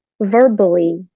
Verbally